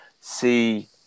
see